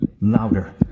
louder